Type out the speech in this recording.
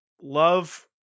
love